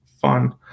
fun